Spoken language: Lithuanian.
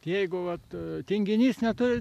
jeigu vat tinginys neturi